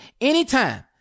anytime